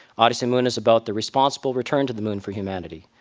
odyssey moon is about the responsible return to the moon for humanity.